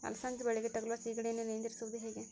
ಅಲಸಂದಿ ಬಳ್ಳಿಗೆ ತಗುಲುವ ಸೇಗಡಿ ಯನ್ನು ನಿಯಂತ್ರಿಸುವುದು ಹೇಗೆ?